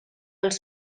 els